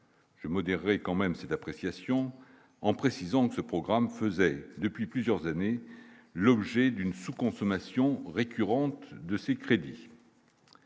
je modéré quand même cette appréciation en précisant que ce programme faisait depuis plusieurs années l'objet d'une sous-consommation récurrente de ces crédits.